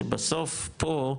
שבסוף פה,